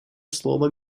слово